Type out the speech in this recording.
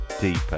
Deeper